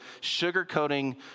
sugarcoating